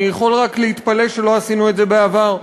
אני יכול רק להתפלא על שלא עשינו את זה בעבר,